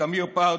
תמיר פרדו,